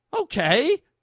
okay